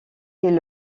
est